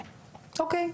אוקיי?